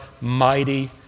mighty